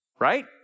Right